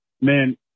Man